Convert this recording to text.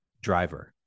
driver